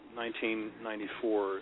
1994